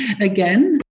again